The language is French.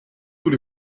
tous